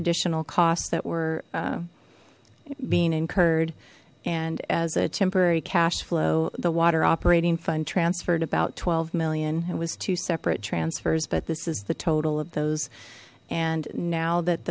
additional cost that were being incurred and as a temporary cash flow the water operating fund transferred about twelve million and was two separate transfers but this is the total of those and now that